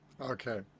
Okay